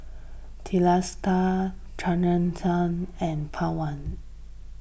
Teesta Rasipuram and Pawan